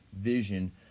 vision